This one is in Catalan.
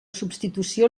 substitució